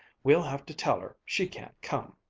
we'll have to tell her she can't come.